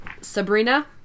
Sabrina